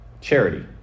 charity